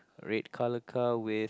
red color car with